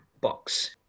box